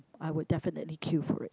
I would definitely queue for it